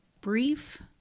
brief